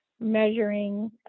measuring